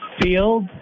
field